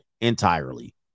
entirely